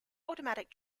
automatic